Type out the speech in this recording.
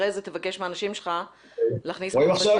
(מציג סרטון לוועדה.) סרטונים נחמדים מאוד,